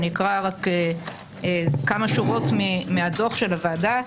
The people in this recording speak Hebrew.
אני אקרא רק כמה שורות מהדוח של הוועדה.